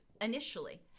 initially